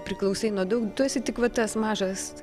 priklausai nuo daug tu esi tik va tas mažas